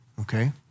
Okay